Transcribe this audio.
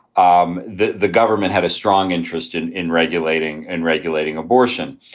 um the the government had a strong interest in in regulating and regulating abortion.